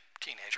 teenager